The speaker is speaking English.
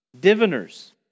diviners